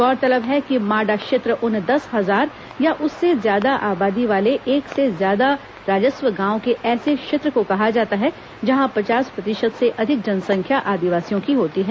गौरतलब है कि माडा क्षेत्र उन दस हजार या उससे ज्यादा आबादी वाले एक से ज्यादा राजस्व गांवों के ऐसे क्षेत्र को कहा जाता है जहां पचास प्रतिशत से अधिक जनसंख्या आदिवासियों की होती है